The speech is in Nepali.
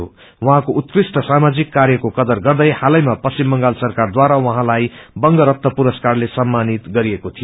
ज्ञाँको उकृष्ट सामाजिक कार्यको करर गर्दै कालेमा पश्चिम बंगाल सरकारद्वारा ज्ञाँलाई बंगरटन पुरसकारले सम्मानित गरिएको थियो